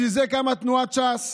בשביל זה קמה תנועת ש"ס.